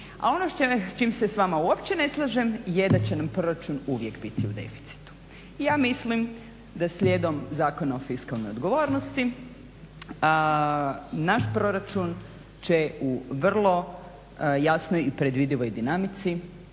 A ono s čim se s vama uopće ne slažem je da će nam proračun uvijek biti u deficitu. Ja mislim da slijedom Zakona o fiskalnoj odgovornosti naš proračun će u vrlo jasnoj i predvidivoj dinamici